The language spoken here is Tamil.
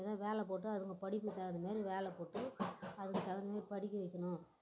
எதாது வேலைப் போட்டு அதுங்க படிப்புக்கு தகுந்த மாதிரி வேலைப் போட்டு அதுக்கு தகுந்தமாரி படிக்க வைக்கணும்